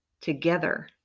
together